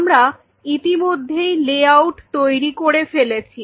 আমরা ইতিমধ্যেই লেআউট তৈরি করে ফেলেছি